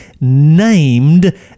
named